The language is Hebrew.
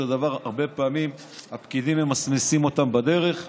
דבר הרבה פעמים הפקידים ממסמסים אותן בדרך,